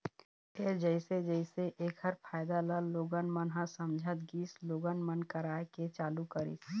फेर जइसे जइसे ऐखर फायदा ल लोगन मन ह समझत गिस लोगन मन कराए के चालू करिस